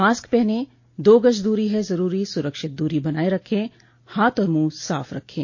mask पहनें दो गज़ दूरी है ज़रूरी सुरक्षित दूरी बनाए रखें हाथ और मुंह साफ रखें